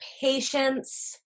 patience